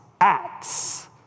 Acts